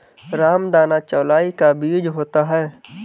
रामदाना चौलाई का बीज होता है